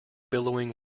billowing